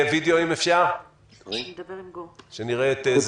אנחנו מבקשים שתציג בהתחלה את התוכנית על הגיונה,